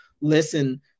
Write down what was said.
listen